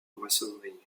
maçonnerie